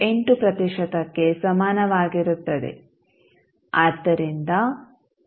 8 ಪ್ರತಿಶತಕ್ಕೆ ಸಮಾನವಾಗಿರುತ್ತದೆ